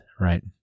right